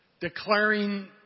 declaring